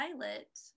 pilot